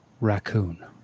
Raccoon